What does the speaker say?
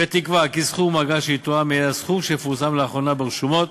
שתקבע כי סכום האגרה שיתואם יהיה הסכום שפורסם לאחרונה ברשומות